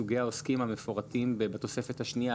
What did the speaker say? סוגי העוסקים המפורטים בתוספת השנייה,